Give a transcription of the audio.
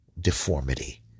deformity